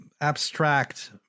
abstract